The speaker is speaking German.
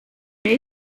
die